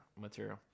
material